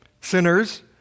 sinners